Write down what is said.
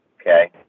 okay